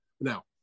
Now